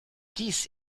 dies